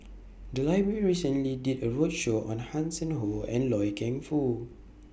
The Library recently did A roadshow on Hanson Ho and Loy Keng Foo